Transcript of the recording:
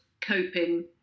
coping